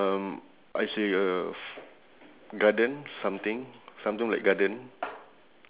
a shovel and I have only two items only